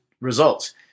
results